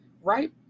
right